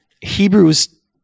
Hebrews